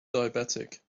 diabetic